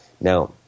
Now